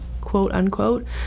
quote-unquote